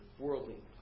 worldly